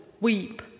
weep